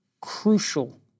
crucial